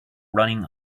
running